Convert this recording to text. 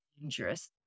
dangerous